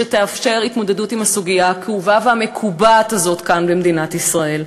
שתאפשר התמודדות עם הסוגיה הכאובה והמקובעת הזאת כאן במדינת ישראל.